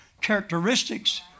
characteristics